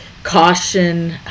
caution